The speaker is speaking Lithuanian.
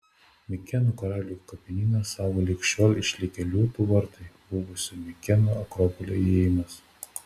mikėnų karalių kapinyną saugo lig šiol išlikę liūtų vartai buvusio mikėnų akropolio įėjimas